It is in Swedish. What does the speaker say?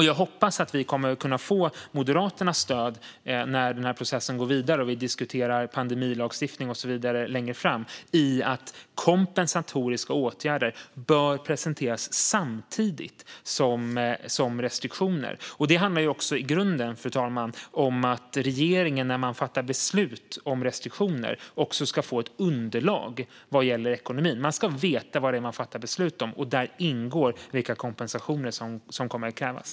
Jag hoppas att vi kommer att få Moderaternas stöd när processen går vidare, när vi diskuterar pandemilagstiftning och så vidare längre fram, i fråga om att kompensatoriska åtgärder bör presenteras samtidigt som restriktioner. Fru talman! Det handlar i grunden om att regeringen, när man fattar beslut om restriktioner, också ska få ett underlag vad gäller ekonomin. Man ska veta vad det är man fattar beslut om, och där ingår vilka kompensationer som kommer att krävas.